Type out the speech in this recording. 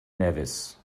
nevis